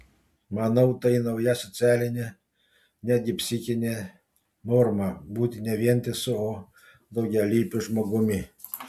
manau tai nauja socialinė netgi psichinė norma būti ne vientisu o daugialypiu žmogumi